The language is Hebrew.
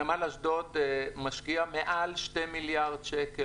נמל אשדוד משקיע מעל שני מיליארד שקל,